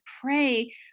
pray